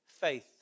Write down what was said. faith